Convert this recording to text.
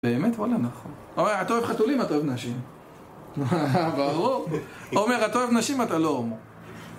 באמת? וואלה, נכון. אומר, אתה אוהב חתולים, אתה אוהב נשים. ברור. אומר, אתה אוהב נשים, אתה לא הומו.